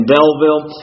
Belleville